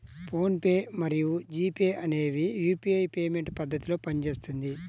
phone pay మరియు GPay అనేవి UPI payment పద్ధతిలో పనిచేస్తుంది